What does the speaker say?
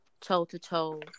toe-to-toe